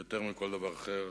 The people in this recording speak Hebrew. ויותר מכל דבר אחר,